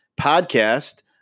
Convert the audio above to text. podcast